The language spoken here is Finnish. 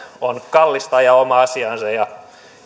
on kallista ajaa omaa asiaansa ja